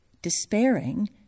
despairing